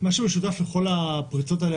מה שמשותף לכל הפריצות האלה,